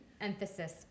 emphasis